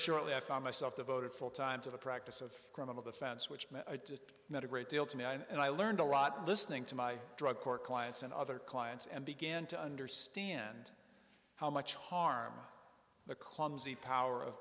shortly i found myself devoted full time to the practice of criminal defense which meant i did not a great deal to me and i learned a lot listening to my drug court clients and other clients and began to understand how much harm the clumsy power of